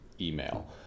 email